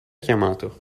chiamato